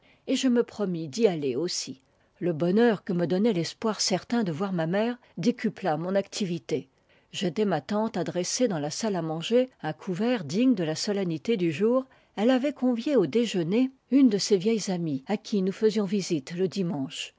et je me promis d'y aller aussi le bonheur que me donnait l'espoir certain de voir ma mère décupla mon activité j'aidai ma tante à dresser dans la salle à manger un couvert digne de la solennité du jour elle avait convié au déjeuner une de ses vieilles amies à qui nous faisions visite le dimanche